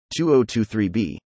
2023b